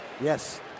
Yes